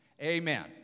Amen